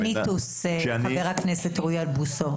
זה מיתוס, חבר הכנסת אוריאל בוסו.